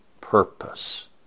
purpose